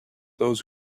those